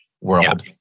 world